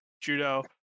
Judo